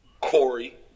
Corey